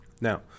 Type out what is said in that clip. Now